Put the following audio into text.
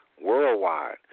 worldwide